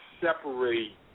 separate